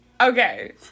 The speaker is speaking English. Okay